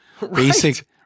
Basic